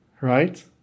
right